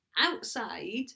outside